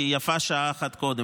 כי יפה שעה אחת קודם.